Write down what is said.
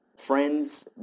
friends